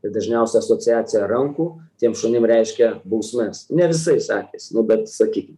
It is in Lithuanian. tai dažniausia asociacija rankų tiem šunim reiškia bausmes ne visais atvejais nu bet sakykim